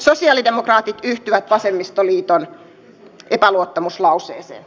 sosialidemokraatit yhtyvät vasemmistoliiton epäluottamuslauseeseen